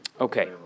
Okay